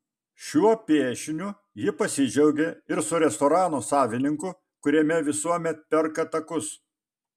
šiuo piešiniu ji pasidžiaugė ir su restorano savininku kuriame visuomet perka takus